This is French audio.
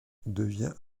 devient